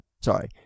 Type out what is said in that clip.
sorry